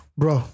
bro